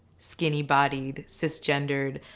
skinny bodied, cis-gendered,